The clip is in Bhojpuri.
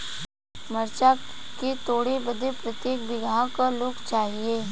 मरचा के तोड़ बदे प्रत्येक बिगहा क लोग चाहिए?